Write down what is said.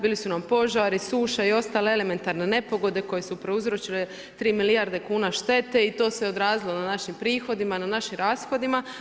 Bili su nam požari, suša i ostale elementarne nepogode koje su prouzročile 3 milijarde kuna štete i to se odrazilo na našim prihodima, na našim rashodima.